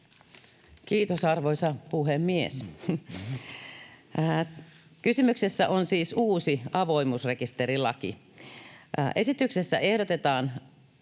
Kiitos, arvoisa puhemies! Kysymyksessä on siis uusi avoimuusrekisterilaki. Esityksessä ehdotetaan